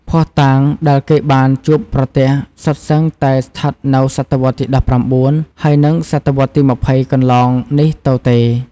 ភស្តុតាងដែលគេបានជួបប្រទះសុទ្ធសឹងតែស្ថិតនៅសតវត្សទី១៩ ហើយនិងសតវត្សរ៍ទី ២០ កន្លងនេះទៅទេ។